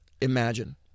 imagine